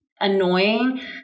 annoying